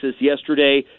yesterday